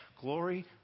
Glory